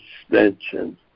extension